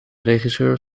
regisseur